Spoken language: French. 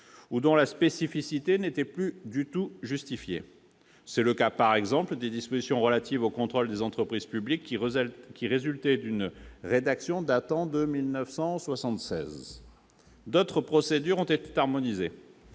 ou dont la spécificité n'était plus du tout justifiée. C'est le cas, par exemple, des dispositions relatives au contrôle des entreprises publiques, qui résultaient d'une rédaction datant de 1976. D'autres procédures ont été harmonisées.